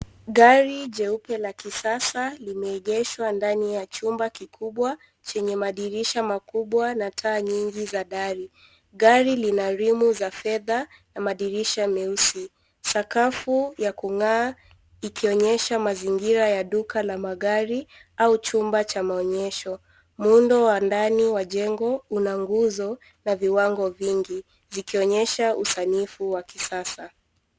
Gari jeupe la kisasa limeegeshwa ndani ya chumba kikubwa chenye madirisha makubwa na taa nyingi za dari. Gari lina rimu za fedha na madirisha meusi. Sakafu ya kung'aa ikionyesha mazingira ya duka la magari au chumba cha maonyesho. Muundo wa ndani wa jengo una nguzo na viwango vingi zikionyesha usanifu wa kisasa.